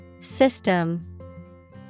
System